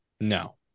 No